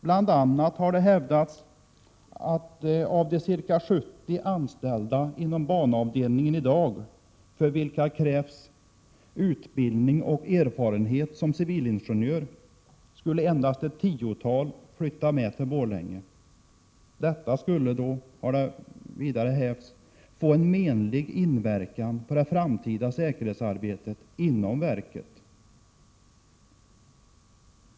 Bl.a. har det hävdats att av de ca 70 anställda inom banavdelningen i dag, för vilka krävs utbildning och erfarenhet som civilingenjör, endast ett tiotal skulle flytta till Borlänge. Detta skulle då få en menlig inverkan på det framtida säkerhetsarbetet inom verket.